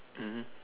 mmhmm